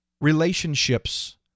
relationships